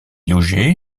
logé